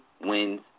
wins